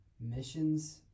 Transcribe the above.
missions